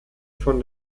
von